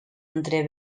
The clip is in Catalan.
entre